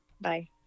Bye